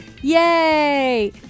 yay